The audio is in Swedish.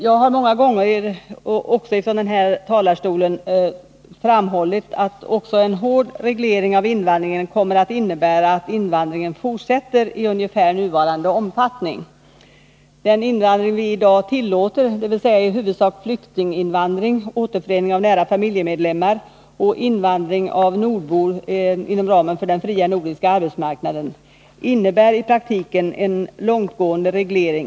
Jag har framhållit många gånger, även från den här talarstolen, att också en hård reglering av invandringen kommer att innebära att invandringen fortsätter i ungefär nuvarande omfattning. Den invandring vi i dag tillåter, dvs. i huvudsak flyktinginvandring, återförening av nära familjemedlemmar och invandring av nordbor inom ramen för den fria nordiska arbetsmarknaden, innebär i praktiken en långtgående reglering.